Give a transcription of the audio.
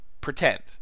pretend